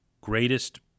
greatest